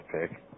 pick